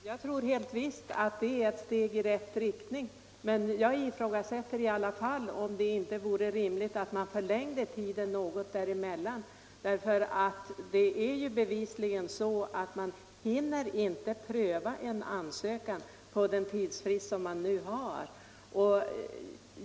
Herr talman! Försöksverksamheten är säkert ett steg i rätt riktning, men jag ifrågasätter i alla fall om inte det vore rimligt att förlänga tiden mellan inkallelseorderns mottagande och inställelsen. Det är bevisligen så att man inte hinner pröva en ansökan under den tidsfrist som man nu har.